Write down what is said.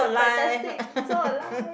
fantastic so alive